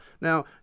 Now